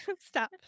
stop